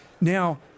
Now